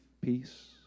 peace